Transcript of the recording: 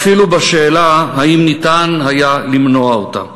ואפילו בשאלה אם ניתן היה למנוע אותה.